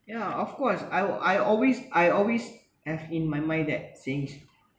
yeah of course I I always I always have in my mind that sayings